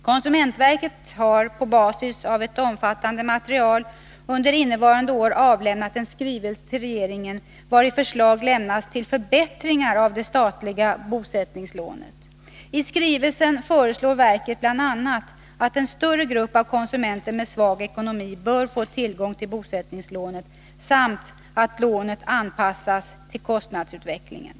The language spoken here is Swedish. Konsumentverket har, på basis av ett omfattande material, under innevarande år avlämnat en skrivelse till regeringen vari förslag lämnas till förbättringar av det statliga bosättningslånet. I skrivelsen föreslår verket bland annat att en större grupp av konsumenter med svag ekonomi bör få tillgång till bosättningslånet samt att lånet anpassas till kostnadsutvecklingen.